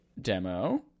demo